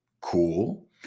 cool